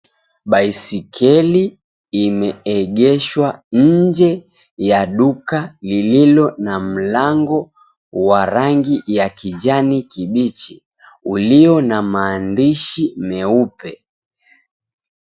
Baisikeli imeegeshwa nje ya duka lililo na mlango wa rangi ya kijani kibichi iliyo na maandishi meupe.